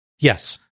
Yes